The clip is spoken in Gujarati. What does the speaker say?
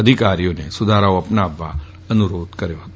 અધિકારીઓને સુધારાઓ અપનાવવા અનુરોધ કર્યો હતો